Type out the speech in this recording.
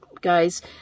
guys